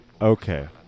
Okay